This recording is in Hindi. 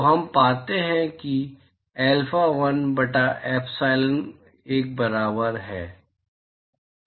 तो हम पाते हैं कि Alpha1 बटा epsilon1 बराबर 1 है